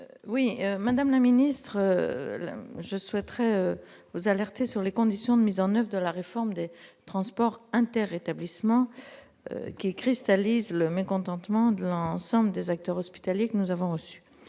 Madame la ministre, je souhaiterais vous alerter sur les conditions de mise en oeuvre de la réforme des transports inter-établissements, qui cristallise le mécontentement de l'ensemble des acteurs hospitaliers ; nous les avons reçus.